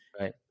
right